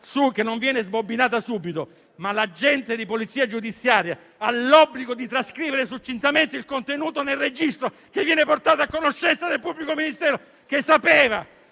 che non viene sbobinata subito, ma l'agente di polizia giudiziaria ha l'obbligo di trascriverne succintamente il contenuto nel registro che viene portato a conoscenza del pubblico ministero, il quale sapeva